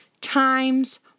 times